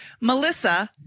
Melissa